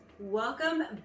welcome